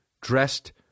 dressed